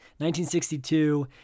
1962